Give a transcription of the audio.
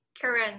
Karen